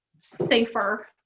safer